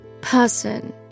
person